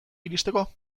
iristeko